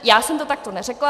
Já jsem to takto neřekla.